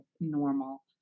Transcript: normal